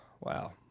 Wow